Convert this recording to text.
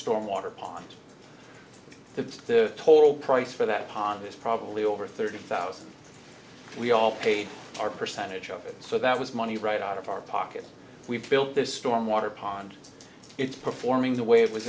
storm water pond the total price for that pond is probably over thirty thousand we all paid our percentage of it so that was money right out of our pocket we've built this storm water pond it's performing the way it was